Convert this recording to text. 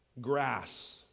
grass